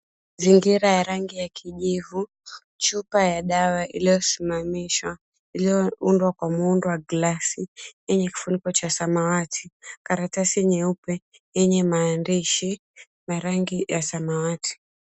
Mazingira ya rangi ya kijivu, chupa ya dawa iliyosimamishwa ulioundwa kwa muundo wa glasi yenye kifuniko cha samawati karatasi nyeupe yenye maandishi la rangi ya samawati.